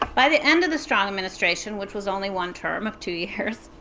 by the end of the strong administration, which was only one term of two years,